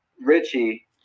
Richie